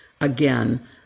again